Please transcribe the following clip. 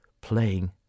playing